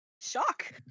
Shock